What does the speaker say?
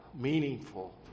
meaningful